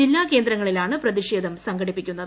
ജില്ലാ കേന്ദ്രങ്ങളിലാണ് പ്രതിഷേധം സംഘടിപ്പിക്കുന്നത്